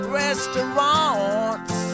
restaurants